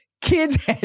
Kids